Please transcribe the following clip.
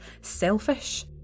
selfish